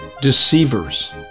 Deceivers